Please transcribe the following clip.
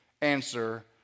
answer